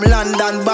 London